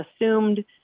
assumed